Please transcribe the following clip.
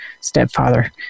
stepfather